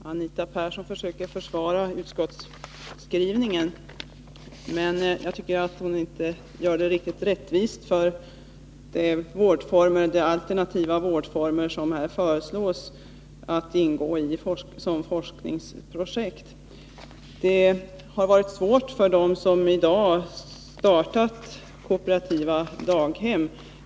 Herr talman! Anita Persson försöker försvara utskottsskrivningen. Men jag tycker inte att hon gör det riktigt rättvist när det gäller de alternativa vårdformer som här föreslås ingå som forskningsprojekt. Det är svårt för dem somii dag startar kooperativa daghem.